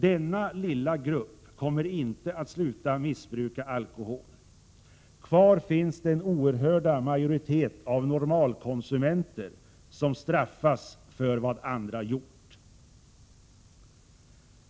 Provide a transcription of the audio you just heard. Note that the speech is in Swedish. Denna lilla grupp kommer inte att sluta missbruka alkohol. Kvar finns den oerhörda majoritet av normalkonsumenter, som straffas för vad andra gjort.